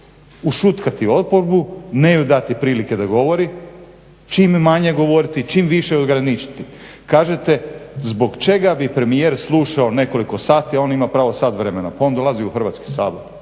Ušutkati oporbu, ne joj dati prilike da govori, čim manje govoriti, čim više ograničiti. Kažete zbog čega bi premijer slušao nekoliko sati, a on ima pravo sat vremena. pa on dolazi u Hrvatski sabor